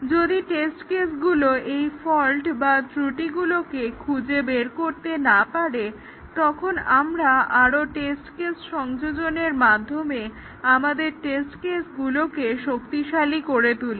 যদি টেস্ট কেসগুলো এই ফল্ট বা ত্রুটিগুলোকে খুঁজে বের করতে না পারে তখন আমরা আরো টেস্ট কেস সংযোজনের মাধ্যমে আমাদের টেস্ট কেসগুলোকে শক্তিশালী করে তুলি